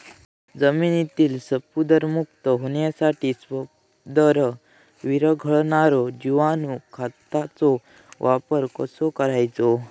जमिनीतील स्फुदरमुक्त होऊसाठीक स्फुदर वीरघळनारो जिवाणू खताचो वापर कसो करायचो?